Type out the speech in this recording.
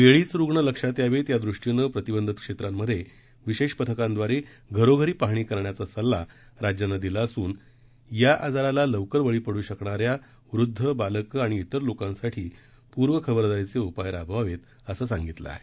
वेळीच रुण लक्षात यावेत यादृष्टीनं प्रतिबंधित क्षेत्रांमधे विशेष पथकांद्वारे घरोघरी पाहणी करण्याचा सल्ला राज्यांना दिला असून या आजाराला लवकर बळी पडू शकणा या वृद्ध बालकं आणि इतर लोकांसाठी पूर्वखबरदारीचे उपाय राबवावेत असं सांगितलं आहे